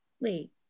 Wait